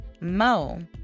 Mo